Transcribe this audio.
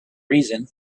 reason